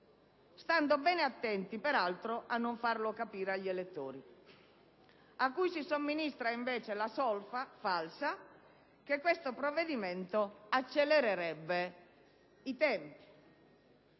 stando ben attenti peraltro a non farlo capire agli elettori, cui si somministra, invece, la solfa falsa che questo provvedimento accelererebbe i tempi.